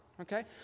Okay